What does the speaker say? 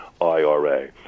ira